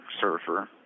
surfer